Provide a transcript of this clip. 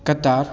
Qatar